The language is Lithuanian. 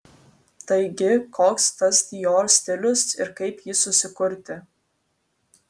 taigi koks tas dior stilius ir kaip jį susikurti